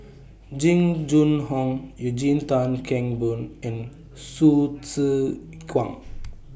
Jing Jun Hong Eugene Tan Kheng Boon and Hsu Tse Kwang